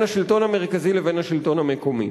השלטון המרכזי לבין השלטון המקומי.